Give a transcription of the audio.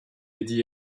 lady